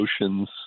oceans